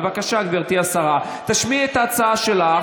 בבקשה, גברתי השרה, תשמיעי את ההצעה שלך.